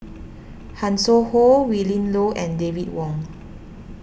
Hanson Ho Willin Low and David Wong